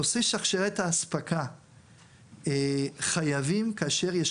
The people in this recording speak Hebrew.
נושא שרשרת האספקה - חייבים כאשר יש